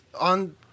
on